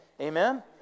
Amen